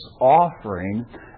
offering